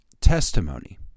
testimony